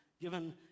given